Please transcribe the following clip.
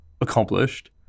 accomplished